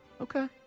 Okay